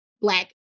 Black